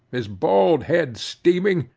his bald head steaming,